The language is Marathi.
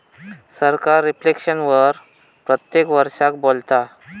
सरकार रिफ्लेक्शन वर प्रत्येक वरसाक बोलता